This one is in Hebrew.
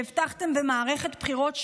שהבטחתם במערכת בחירות שלמה,